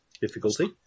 Difficulty